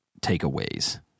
takeaways